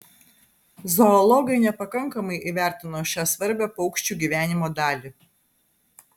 zoologai nepakankamai įvertino šią svarbią paukščių gyvenimo dalį